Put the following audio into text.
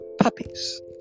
puppies